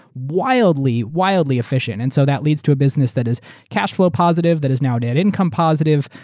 wildly, wildly efficient. and so that leads to a business that is cash flow positive, that is now net income positive,